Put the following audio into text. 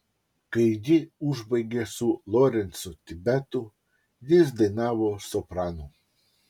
kai ji užbaigė su lorencu tibetu jis dainavo sopranu